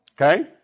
Okay